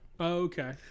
Okay